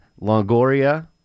Longoria